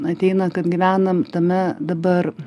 ateina kad gyvenam tame dabar